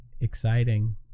exciting